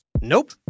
Nope